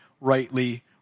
rightly